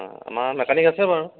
আমাৰ মেকানিক আছে বাৰু